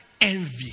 envy